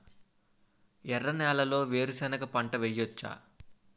ఎర్ర నేలలో వేరుసెనగ పంట వెయ్యవచ్చా?